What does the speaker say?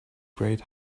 great